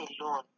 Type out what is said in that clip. alone